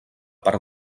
per